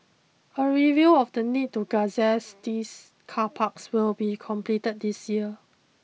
a review of the need to gazette these car parks will be completed this year